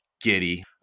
Giddy